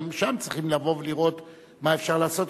גם שם צריכים לבוא ולראות מה אפשר לעשות